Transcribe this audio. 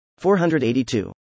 482